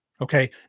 Okay